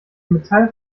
metall